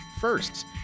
firsts